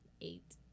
eight